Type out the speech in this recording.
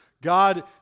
God